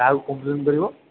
କାହାକୁ କମ୍ପ୍ଲେନ୍ କରିବ